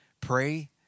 Pray